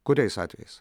kuriais atvejais